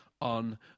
on